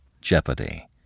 jeopardy